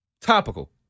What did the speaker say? topical